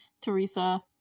Teresa